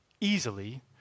easily